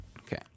Okay